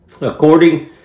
According